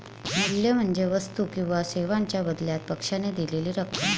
मूल्य म्हणजे वस्तू किंवा सेवांच्या बदल्यात पक्षाने दिलेली रक्कम